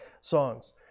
songs